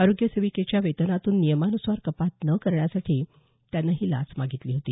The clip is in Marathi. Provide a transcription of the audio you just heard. आरोग्य सेविकेच्या वेतनातून नियमानुसार कपात न करण्यासाठी त्यानं ही लाच मागितली होती